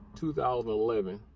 2011